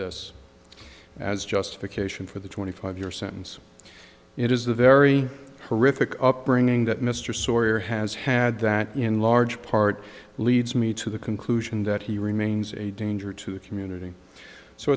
this as justification for the twenty five year sentence it is the very horrific upbringing that mr sawyer has had that in large part leads me to the conclusion that he remains a danger to the community so